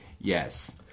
Yes